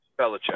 Belichick